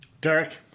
Derek